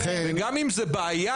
וגם אם זה בעיה.